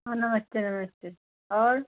हाँ नमस्ते नमस्ते और